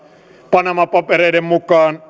panama papereiden mukaan